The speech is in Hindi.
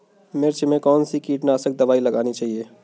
मिर्च में कौन सी कीटनाशक दबाई लगानी चाहिए?